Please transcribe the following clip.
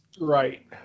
Right